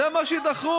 זה מה שדחוף?